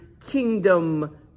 kingdom